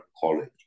College